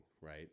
right